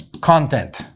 content